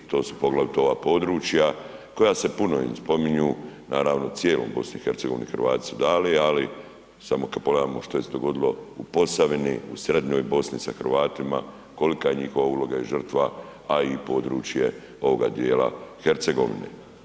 I to su poglavito ova područja koja se puno i spominju, naravno cijeloj Bosni i Hercegovini Hrvati su dali ali samo kad pogledamo što se je dogodilo u Posavini, u Srednjoj Bosni sa Hrvatima, kolika je njihova uloga i žrtva a i područje ovoga dijela Hercegovine.